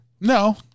No